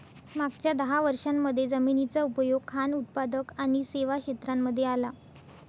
मागच्या दहा वर्षांमध्ये जमिनीचा उपयोग खान उत्पादक आणि सेवा क्षेत्रांमध्ये आला